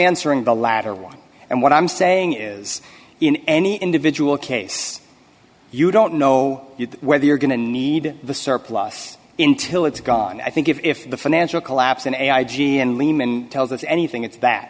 answering the latter one and what i'm saying is in any individual case you don't know whether you're going to need the surplus in till it's gone i think if the financial collapse in a i g and lehman tells us anything it's that